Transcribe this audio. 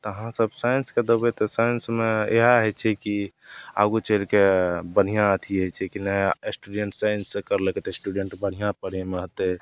तऽ अहाँसभ साइन्सके देबै तऽ साइन्समे इएह होइ छै कि आगू चलिके बढ़िआँ अथी होइ छै कि नहि एस्टूडेन्ट साइन्ससे करलकै तऽ एस्टूडेन्ट बढ़िआँ पढ़ैमे होतै